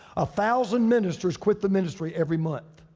ah thousand ministers quit the ministry every month.